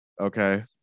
Okay